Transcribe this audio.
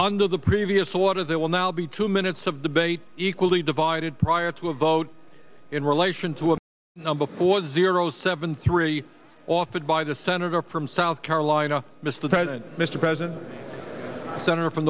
under the previous water there will now be two minutes of debate equally divided prior to a vote in relation to a no before the zero seven three offered by the senator from south carolina mr president mr president senator from